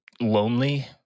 lonely